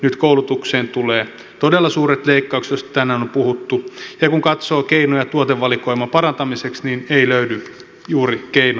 nyt koulutukseen tulee todella suuret leikkaukset joista tänään on puhuttu ja kun katsoo keinoja tuotevalikoiman parantamiseksi niin ei löydy juuri keinoja sieltä